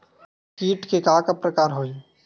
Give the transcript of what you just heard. कीट के का का प्रकार हो होही?